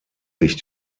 sich